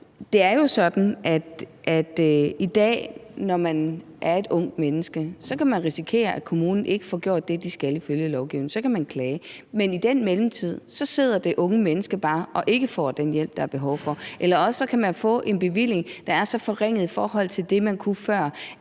Det er jo sådan i dag, at man som ungt menneske kan risikere, at kommunen ikke får gjort det, den skal ifølge lovgivningen. Så kan man klage, men i mellemtiden sidder det unge menneske bare og venter og får ikke den hjælp, der er behov for. Eller også kan man få en bevilling, der er så forringet i forhold til det, man kunne før,